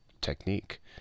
technique